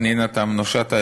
פנינה תמנו-שטה,